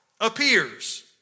appears